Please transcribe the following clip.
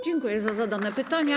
Dziękuję za zadane pytania.